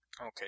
Okay